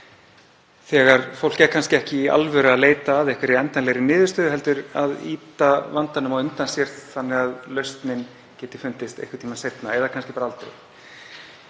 þegar fólk er kannski ekki í alvöru að leita að einhverri endanlegri niðurstöðu heldur að ýta vandanum á undan sér þannig að lausnin geti fundist einhvern tíma seinna eða kannski bara aldrei.